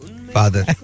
Father